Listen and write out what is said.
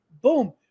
Boom